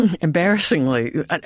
embarrassingly